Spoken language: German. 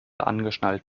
angeschnallt